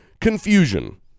confusion